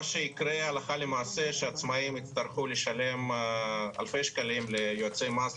מה שיקרה הלכה למעשה הוא שעצמאיים יצטרכו לשלם אלפי שקלים ליועצי מס,